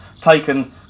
taken